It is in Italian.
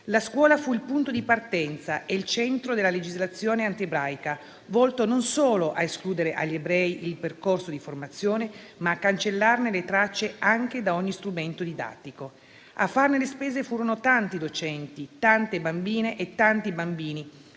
La scuola fu il punto di partenza e il centro della legislazione antiebraica, volto non solo ad escludere agli ebrei il percorso di formazione, ma a cancellarne le tracce anche da ogni strumento didattico. A farne le spese furono tanti docenti, tante bambine e tanti bambini,